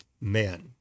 men